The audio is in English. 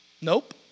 Nope